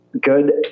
good